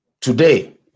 Today